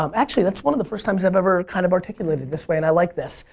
um actually, that's one of the first time i've ever kind of articulated this way and i like this.